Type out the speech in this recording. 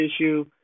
issue